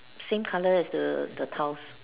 same colour as the the tiles